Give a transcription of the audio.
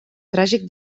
tràgic